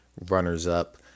runners-up